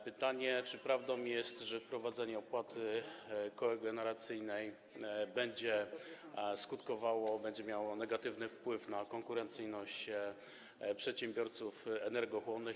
Pytanie: Czy prawdą jest, że wprowadzenie opłaty kogeneracyjnej będzie skutkowało, będzie miało negatywny wpływ na konkurencyjność przedsiębiorców energochłonnych?